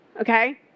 okay